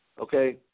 Okay